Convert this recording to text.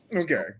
Okay